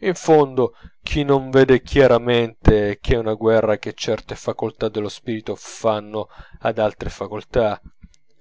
in fondo chi non vede chiaramente che è una guerra che certe facoltà dello spirito fanno ad altre facoltà